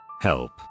help